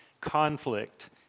conflict